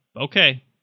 Okay